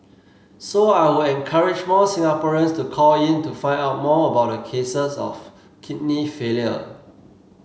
so I would encourage more Singaporeans to call in to find out more about the cases of kidney failure